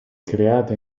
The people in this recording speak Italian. creata